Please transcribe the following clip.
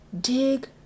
dig